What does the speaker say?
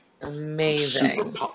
amazing